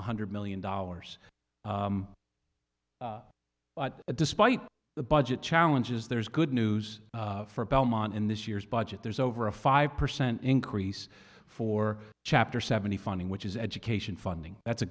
one hundred million dollars but despite the budget challenges there's good news for belmont in this year's budget there's over a five percent increase for chapter seventy funding which is education funding that's a